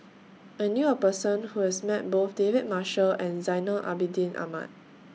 I knew A Person Who has Met Both David Marshall and Zainal Abidin Ahmad